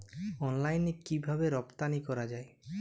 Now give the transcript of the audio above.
অনলাইনে কিভাবে রপ্তানি করা যায়?